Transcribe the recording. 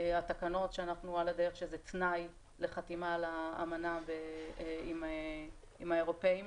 התקנות על הדרך שזה תנאי לחתימה על האמנה עם האירופאים.